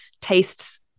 tastes